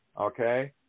Okay